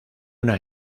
una